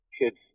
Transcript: kids